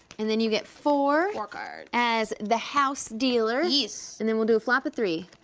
and then you get four four cards. as the house dealer. yis. and then we'll do a flop of three.